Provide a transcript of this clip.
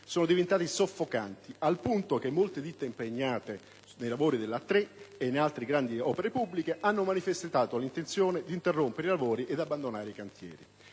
sono diventate soffocanti, al punto che molte ditte impegnate nei lavori sull'A3 e in altre grandi opere pubbliche hanno manifestato l'intenzione di interrompere i lavori ed abbandonare i cantieri.